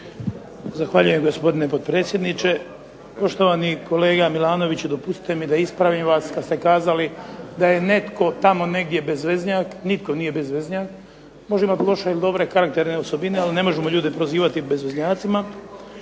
Zahvaljujem gospodine potpredsjedniče. Poštovani kolega Milanoviću dopustite mi da vas ispravim kada ste kazali da je netko tamo negdje bezveznjak. Nitko nije bezveznjak, može imati dobre ili loše karakterne osobine ali ne možemo ljude prozivati bezveznjacima.